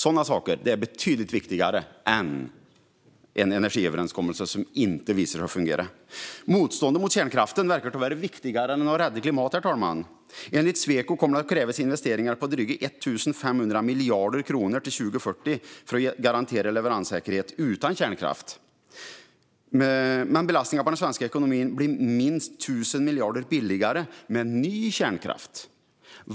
Sådana saker är betydligt viktigare än en energiöverenskommelse som inte visar sig fungera. Motståndet mot kärnkraften verkar tyvärr vara viktigare än att rädda klimatet. Enligt Sweco kommer det att krävas investeringar på drygt 1 500 miljarder kronor till år 2040 för att garantera leveranssäkerhet utan kärnkraft. Men belastningen på den svenska ekonomin blir minst 1 000 miljarder mindre med ny kärnkraft.